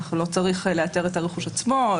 לא צריך לאתר את הרכוש עצמו.